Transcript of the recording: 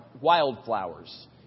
wildflowers